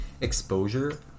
exposure